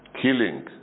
killing